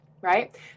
right